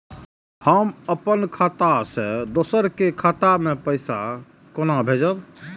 हम अपन खाता से दोसर के खाता मे पैसा के भेजब?